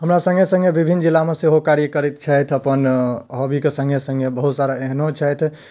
हमरा सङ्गे सङ्गे बिभिन्न जिलामे सेहो कार्य करैत छथि अपन हौबीके सङ्गे सङ्गे बहुत सारा एहनो छथि